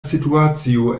situacio